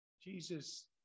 Jesus